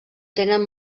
tenen